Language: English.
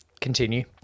Continue